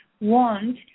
want